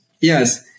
yes